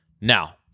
Now